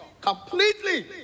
Completely